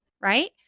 right